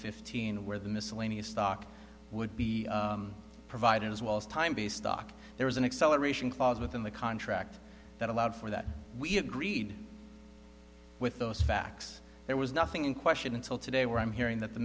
fifteen where the miscellaneous stock would be provided as well as time be stuck there was an acceleration clause within the contract that allowed for that we agreed with those facts there was nothing in question until today were i'm hearing that the